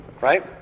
Right